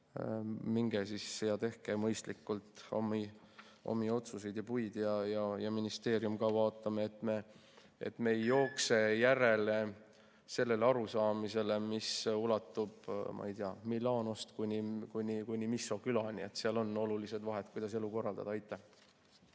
minge ja tehke mõistlikult omi otsuseid ja puid. Ja ministeerium ka, vaatame, et me ei jookse järele sellele arusaamisele, mis ulatub, ma ei tea, Milanost kuni Misso külani. Seal on olulised vahed, kuidas elu korraldada. Aitäh!